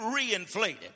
reinflated